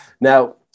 Now